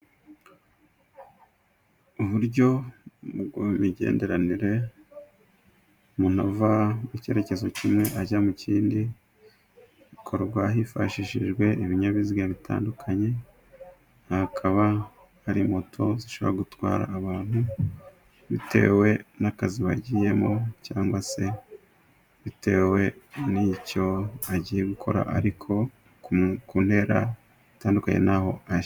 Uburyo imigenderanire umuntu ava mu cyerekezo kimwe ajya mu kindi bikorwa hifashishijwe ibinyabiziga bitandukanye; hakaba hari moto zishobora gutwara abantu bitewe n'akazi bagiyemo, cyangwa se bitewe n'icyo agiye gukora ariko ku ntera itandukanye n'aho ari.